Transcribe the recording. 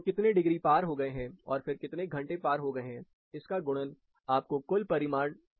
तो कितने डिग्री पार हो गए हैं और फिर कितने घंटे पार हो गए हैं इसका गुणन आपको कुल परिमाण देगा